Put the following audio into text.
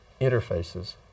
interfaces